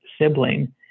sibling